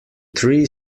three